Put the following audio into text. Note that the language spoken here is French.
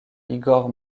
igor